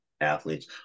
athletes